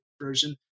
version